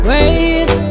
Wait